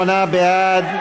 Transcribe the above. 58 בעד,